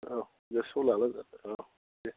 औ गोसौआव लाब्लानो जाबाय औ दे